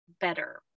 better